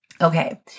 Okay